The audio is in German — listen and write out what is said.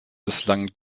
bislang